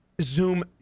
Zoom